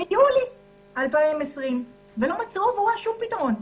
ביולי 2020, ולא מצאו עבורה שום פתרון.